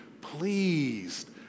pleased